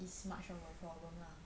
it's much of a problem lah